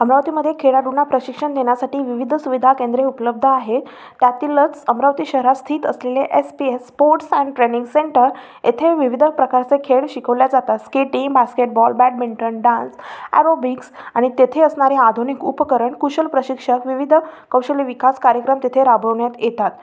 अमरावतीमध्ये खेळाडूंना प्रशिकक्षण देण्यासाठी विविध सुविधा केंद्रे उपलब्ध आहेत त्यातीलच अमरावती शहरात स्थित असलेले S P S sports and training centre येथे विविध प्रकारचे खेळ शिकवले जातात skating basketball badminton dance aerobics आणि तेथे असणारे आधुनिक उपकरण कुशल प्रशिक्षक विविध कौशल्य विकास कार्यक्रम तेथे राबवण्यात येतात